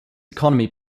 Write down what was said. economy